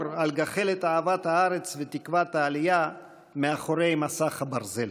על גחלת אהבת הארץ ותקוות העלייה מאחורי מסך הברזל.